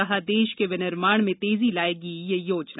कहा देश के विनिर्माण में तेजी लायेगी यह योजना